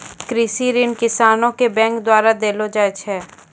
कृषि ऋण किसानो के बैंक द्वारा देलो जाय छै